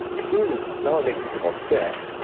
if food is not only making people sick,